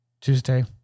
Tuesday